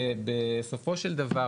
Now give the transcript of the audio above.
בסופו של דבר,